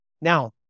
Now